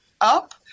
up